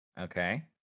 Okay